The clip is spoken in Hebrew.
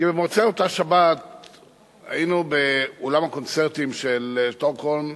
כי במוצאי אותה שבת היינו באולם הקונצרטים של שטוקהולם,